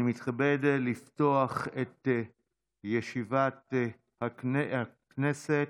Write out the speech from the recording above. אני מתכבד לפתוח את ישיבת הכנסת.